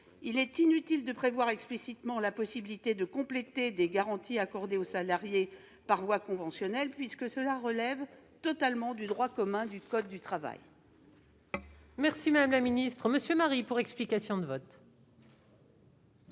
il est inutile de prévoir explicitement la possibilité de compléter des garanties accordées aux salariés par voie conventionnelle, puisque cela relève totalement du droit commun du code du travail.